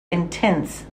intense